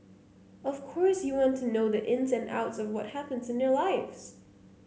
of course you want to know the ins and outs of what happens in their lives